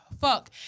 Fuck